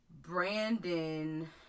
Brandon